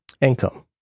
income